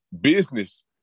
Business